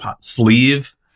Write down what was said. sleeve